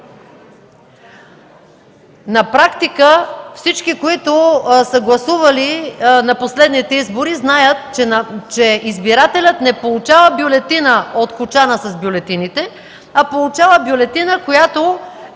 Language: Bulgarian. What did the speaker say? На практика всички, които са гласували на последните избори, знаят, че избирателят не получава бюлетина от кочана с бюлетините, а получава бюлетина, която